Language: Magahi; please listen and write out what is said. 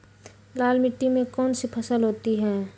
लाल मिट्टी में कौन सी फसल होती हैं?